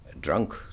drunk